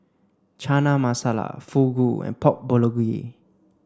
Chana Masala Fugu and Pork Bulgogi